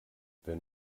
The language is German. wenn